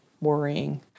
worrying